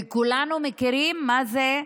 וכולנו מכירים מה זה,